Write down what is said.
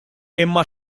imma